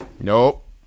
Nope